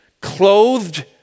clothed